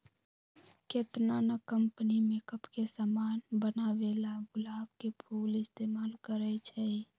केतना न company makeup के समान बनावेला गुलाब के फूल इस्तेमाल करई छई